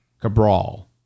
Cabral